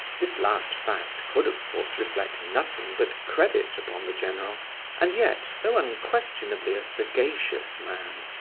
this last fact could, of course, reflect nothing but credit upon the general and yet, though unquestionably a sagacious man,